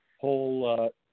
whole